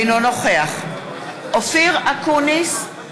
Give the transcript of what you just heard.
אינו נוכח אופיר אקוניס,